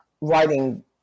writing